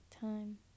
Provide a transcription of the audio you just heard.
time